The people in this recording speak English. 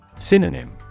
Synonym